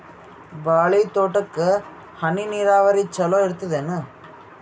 ಬಾಳಿ ತೋಟಕ್ಕ ಹನಿ ನೀರಾವರಿ ಚಲೋ ಇರತದೇನು?